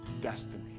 destiny